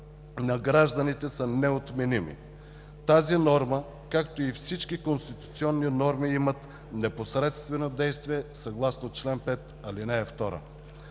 на гражданите са неотменими. Тази норма, както и всички конституционни норми, имат непосредствено действие съгласно чл. 5, ал. 2.